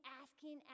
asking